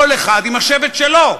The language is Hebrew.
כל אחד עם השבט שלו.